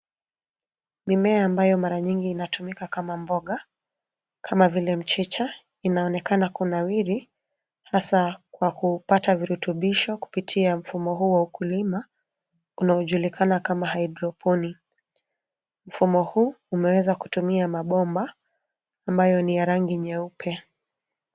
Mimea ambayo mara nyingi inatumika kama mboga kama vile mchicha inaonekana kunawiri hasa kwa kupata virutubisho kupitia mfumo huu wa ukulima unaojulikana kama hydroponic .Mfumo huu umeweza kutumia mabomba ambayo ni ya rangi nyeupe.